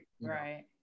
Right